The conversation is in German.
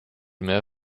mehr